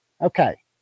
okay